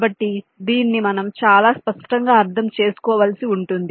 కాబట్టి దీన్ని మనం చాలా స్పష్టంగా అర్థం చేసుకోవలసిఉంటుంది